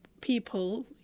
people